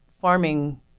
farming